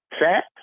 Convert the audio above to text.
fat